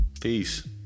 Peace